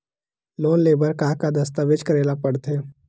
Loan ले बर का का दस्तावेज करेला पड़थे?